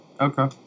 okay